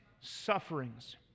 sufferings